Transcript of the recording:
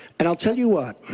and i tell you what,